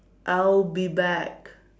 I'll be back